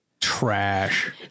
trash